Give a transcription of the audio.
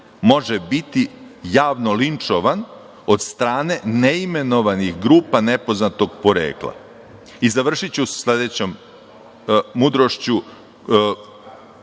može biti javno linčovan od strane neimenovanih grupa nepoznatog porekla?I završiću sa sledećom mudrošću